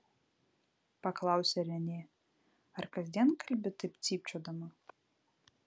paklausė renė ar kasdien kalbi taip cypčiodama